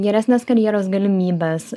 geresnes karjeros galimybes